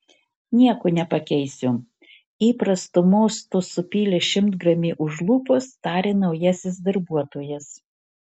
nieko nepakeisiu įprastu mostu supylęs šimtgramį už lūpos tarė naujasis darbuotojas